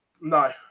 no